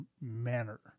manner